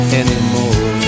anymore